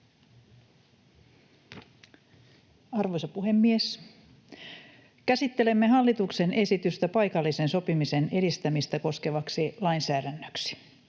Arvoisa puhemies! Käsittelemme hallituksen esitystä paikallisen sopimisen edistämistä koskevaksi lainsäädännöksi.